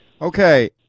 Okay